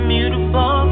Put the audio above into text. Beautiful